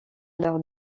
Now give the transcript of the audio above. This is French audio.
l’heure